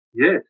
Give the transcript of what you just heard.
Yes